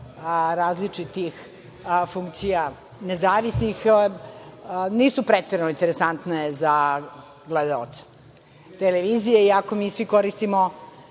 različitih funkcija nezavisnih nisu preterano interesantne za gledaoce televizije, iako mi svi koristimo